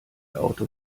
auto